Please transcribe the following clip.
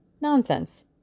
Nonsense